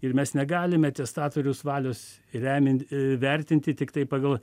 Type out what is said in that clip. ir mes negalime testatoriaus valios remian vertinti tiktai pagal